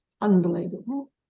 unbelievable